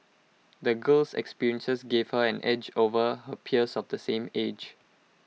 the girl's experiences gave her an edge over her peers of the same age